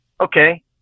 Okay